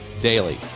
daily